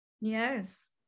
Yes